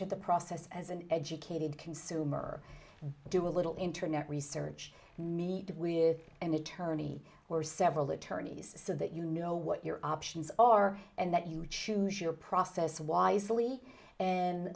to the process as an educated consumer do a little internet research and meet with an attorney or several attorneys so that you know what your options are and that you choose your process wisely and